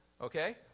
Okay